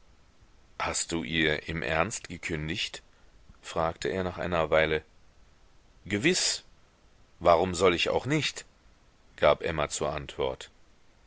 hast du ihr im ernst gekündigt fragte er nach einer weile gewiß warum soll ich auch nicht gab emma zur antwort